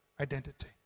identity